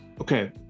okay